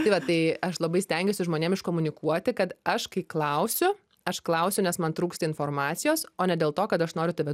tai va tai aš labai stengiuosi žmonėm iškomunikuoti kad aš kai klausiu aš klausiu nes man trūksta informacijos o ne dėl to kad aš noriu tave